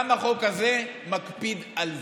גם החוק הזה מקפיד על זה.